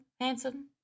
handsome